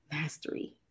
mastery